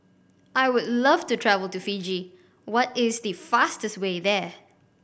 I would love to travel to Fiji What is the fastest way there